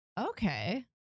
okay